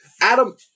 Adam